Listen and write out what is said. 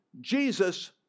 Jesus